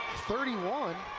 thirty one,